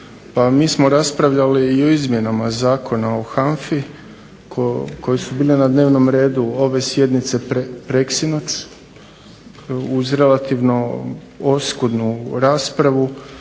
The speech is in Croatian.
Mi smo raspravljali i u izmjenama Zakona o HANFI koji su bili na dnevnom redu preksinoć uz relativno oskudnu raspravu